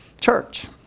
church